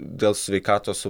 dėl sveikatos su